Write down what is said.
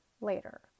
later